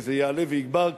וזה יעלה ויגבר,